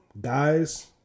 guys